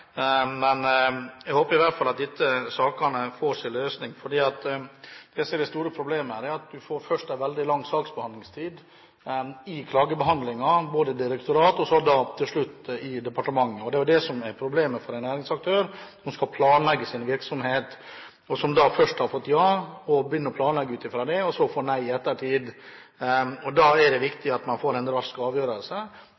Jeg håper i hvert fall at disse sakene får sin løsning, for det som er det store problemet, er at man først får en veldig lang saksbehandlingstid i klagebehandlingen, både i direktoratet og til slutt i departementet. Det er jo det som er problemet for en næringsaktør som skal planlegge sin virksomhet, og som først har fått ja og begynner å planlegge ut fra det, og så får nei i ettertid. Da er det